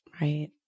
Right